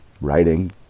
writing